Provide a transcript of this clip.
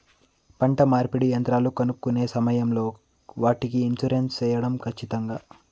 పంట నూర్పిడి యంత్రాలు కొనుక్కొనే సమయం లో వాటికి ఇన్సూరెన్సు సేయడం ఖచ్చితంగా?